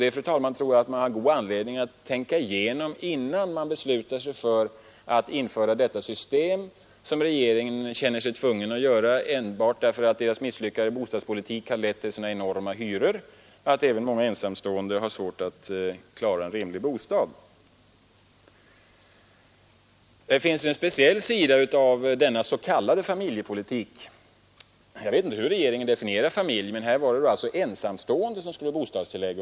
Det, fru talman, tror jag man har god anledning att tänka igenom innan man beslutar sig för att införa detta system, som regeringen känner sig tvungen att göra enbart därför att dess misslyckade bostadspolitik har lett till så enorma hyror, att även många ensamstående har svårt att klara kostnaden för en rimlig bostad. Jag vet för övrigt inte hur regeringen definierar begreppet familj. Här var det alltså fråga om ensamstående som skulle ha bostadstillägg.